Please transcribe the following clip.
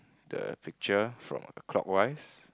the picture from clockwise